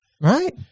right